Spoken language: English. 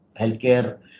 healthcare